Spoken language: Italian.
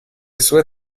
sue